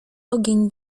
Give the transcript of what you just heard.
ogień